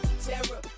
terror